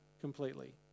completely